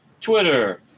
Twitter